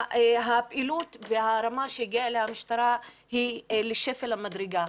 הפעילות והרמה שהגיעה אליה המשטרה היא לשפל המדרגה.